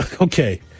okay